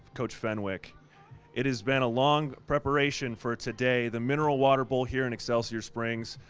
coach fenwick it has been a long preparation for today. the mineral water bowl here in excelsior springs.